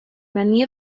many